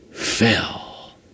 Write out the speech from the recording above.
fell